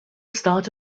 start